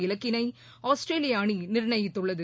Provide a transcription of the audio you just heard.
இலக்கினை ஆஸ்திரேலிய அணி நிர்ணயித்துள்ளது